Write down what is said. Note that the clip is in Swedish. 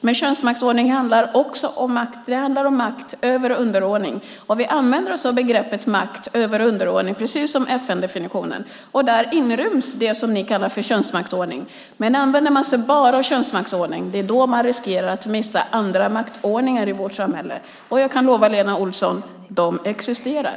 Men könsmaktsordning handlar också om makt, över och underordning. Vi använder oss av begreppen makt, över och underordning, precis som FN-definitionen. Där inryms det som ni kallar för könsmaktsordning, men om man bara använder sig av begreppet könsmaktsordning riskerar man att missa andra maktordningar i vårt samhälle, och jag kan lova Lena Olsson att de existerar.